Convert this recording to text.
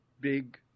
big